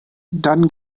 dann